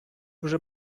вже